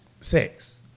sex